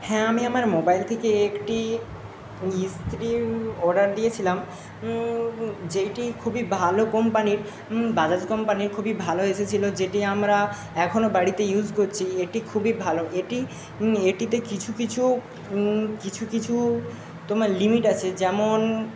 হ্যাঁ আমি আমার মোবাইল থেকে একটি ইস্ত্রির অর্ডার দিয়েছিলাম যেইটি খুবই ভালো কোম্পানির বাজাজ কোম্পানির খুবই ভালো এসেছিলো যেটি আমরা এখনো বাড়িতে ইউজ করছি এটি খুবই ভালো এটি এটিতে কিছু কিছু কিছু কিছু তোমার লিমিট আছে যেমন